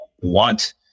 want